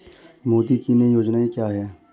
मोदी की नई योजना क्या है?